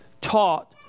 taught